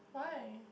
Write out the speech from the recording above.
why